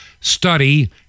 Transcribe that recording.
study